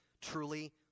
truly